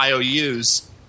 IOUs